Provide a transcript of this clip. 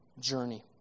journey